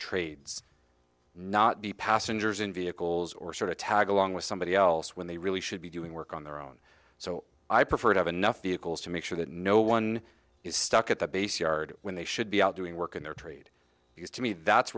trades not be passengers in vehicles or sort of tag along with somebody else when they really should be doing work on their own so i prefer to have enough vehicles to make sure that no one is stuck at the base yard when they should be out doing work in their trade because to me that's